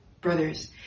brothers